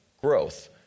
growth